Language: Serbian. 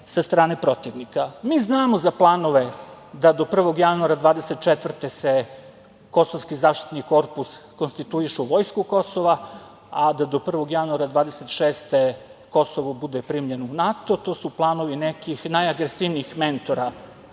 sa strane protivnika. Mi znamo za planove da do 1. januara 2024. kosovski zaštitni korpus konstituiše u vojsku Kosova a do 1. januara 2026. Kosovo bude primljeno u NATO, to su planovi nekih najagresivnijih mentora